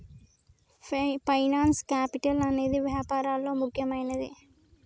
finance capital అనేదే వ్యాపారాల్లో ముఖ్యమైనది